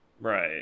right